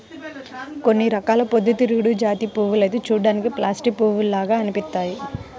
కొన్ని రకాల పొద్దుతిరుగుడు జాతి పూలైతే చూడ్డానికి ప్లాస్టిక్ పూల్లాగా అనిపిత్తయ్యి